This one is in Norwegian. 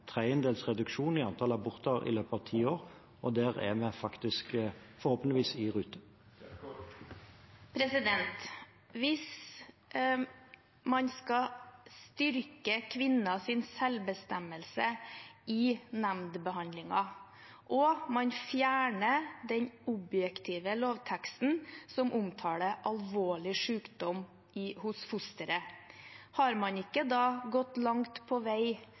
tredjedels reduksjon i antall aborter i løpet av ti år. Der er vi forhåpentligvis i rute. Hvis man skal styrke kvinners selvbestemmelse i nemndbehandlingen, og man fjerner den objektive lovteksten som omtaler alvorlig sykdom hos fosteret, er man ikke da langt på vei